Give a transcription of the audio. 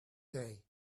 day